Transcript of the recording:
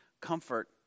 comfort